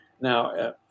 now